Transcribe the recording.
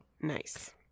Nice